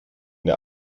der